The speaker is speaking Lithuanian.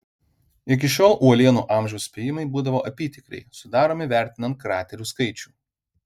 iki šiol uolienų amžiaus spėjimai būdavo apytikriai sudaromi vertinant kraterių skaičių